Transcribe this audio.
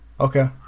okay